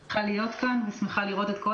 אני שמחה להיות כאן ושמחה לראות את כל